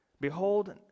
behold